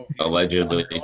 Allegedly